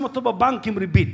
שם אותו בבנק עם ריבית,